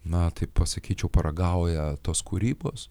na taip pasakyčiau paragauja tos kūrybos